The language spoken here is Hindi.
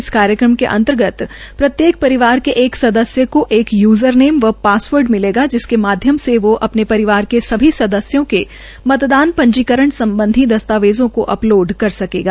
इस कार्यक्रम के अंतर्गत प्रत्येक परिवार के सदस्य को एक यूज़र नेम व पासवर्ड मिलेगा जिसके माध्यम से वो अपने परिवार के सभी सदस्यों के मतदान पंजीकरण सम्बधी दस्तावेज़ों को अपलोड कर सकेगा